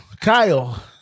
kyle